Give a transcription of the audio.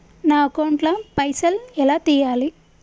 నా అకౌంట్ ల పైసల్ ఎలా తీయాలి?